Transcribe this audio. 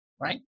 right